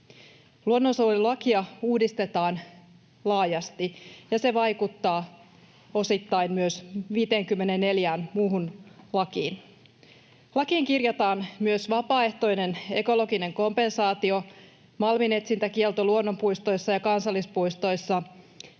Luonnonsuojelulakia uudistetaan laajasti, ja se vaikuttaa osittain myös 54 muuhun lakiin. Lakiin kirjataan myös vapaaehtoinen ekologinen kompensaatio, malminetsintäkielto luonnonpuistoissa ja kansallispuistoissa,